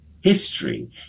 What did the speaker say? history